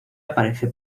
aparece